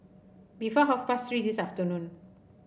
before half past Three this afternoon